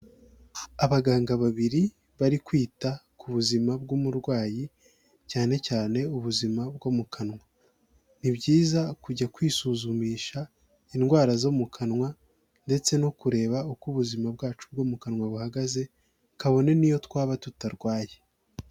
Abaganga babiri bari kwita ku buzima bw'umurwayi cyane cyane ubuzima bwo mu kanwa ni byiza kujya kwisuzumisha indwara zo mu kanwa ndetse no kureba uko ubuzima bwacu bwo mu kanwa buhagaze kabone n'iyo twaba tutarwaye.